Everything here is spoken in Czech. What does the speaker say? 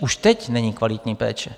Už teď není kvalitní péče.